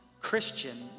Christian